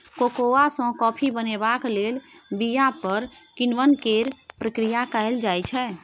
cocoa सँ coffee बनेबाक लेल बीया पर किण्वन केर प्रक्रिया कएल जाइ छै